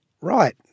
right